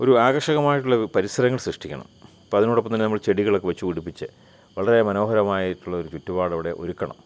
ഒരു ആകർഷകമായിട്ടുള്ളൊരു പരിസരങ്ങൾ സൃഷ്ടിക്കണം അപ്പം അതിനോടൊപ്പം തന്നെ നമ്മൾ ചെടികളൊക്കെ വെച്ചു പിടിപ്പിച്ച് വളരെ മനോഹരമായിട്ടുള്ളൊരു ചുറ്റുപാടവിടെ ഒരുക്കണം